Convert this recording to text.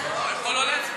לא, הוא יכול לא להצביע.